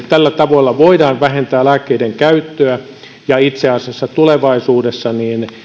tällä tavalla me voimme vähentää lääkkeiden käyttöä ja itse asiassa tulevaisuudessa